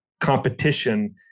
competition